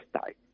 side